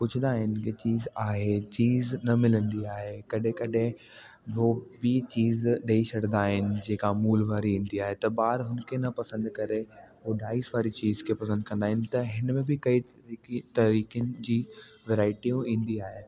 पुछंदा आहिनि के चीज़ आहे चीज़ न मिलंदी आहे कॾहिं कॾहिं उहे ॿीं चीज़ ॾेई छॾंदा आहिनि जेका अमूल वारी ईंदी आहे त ॿार हुनखे न पसंदि करे उहो डाइस वारी चीज़ खे पसंदि कंदा आहिनि त हिन में भी कई तरीक़नि जी वेराएटियूं ईंदी आहे